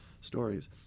stories